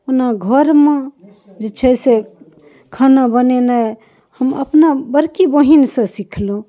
ओना घरमे जे छै से खाना बनेनाइ हम अपना बड़की बहिनसँ सिखलहुँ